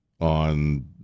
on